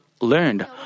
learned